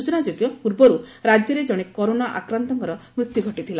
ସୂଚନାଯୋଗ୍ୟ ପୂର୍ବରୁ ରାକ୍ୟରେ କଣେ କରୋନା ଆକ୍ରାନ୍ତଙ୍କର ମୃତ୍ୟୁ ଘଟିଥିଲା